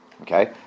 Okay